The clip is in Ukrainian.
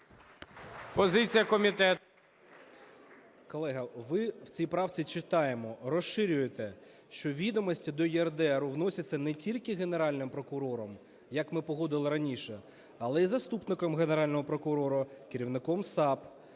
Колега, ви в цій правці, читаємо, розширюєте, що відомості до ЄРДРу вносяться не тільки Генеральним прокурором, як ми погодили раніше, але і заступником Генерального прокурора - керівником САП,